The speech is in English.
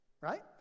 right